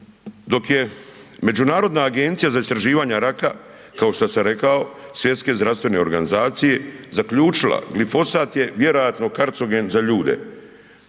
Dok je Međunarodna agencija za istraživanje raka, kao što sam rekao Svjetske zdravstvene organizacije, zaključila glifosat je vjerojatno kancerogen za ljude.